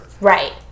Right